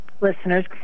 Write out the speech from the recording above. listeners